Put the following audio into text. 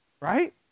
Right